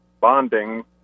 bonding